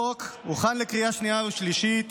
החוק הוכן לקריאה השנייה והשלישית